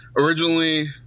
originally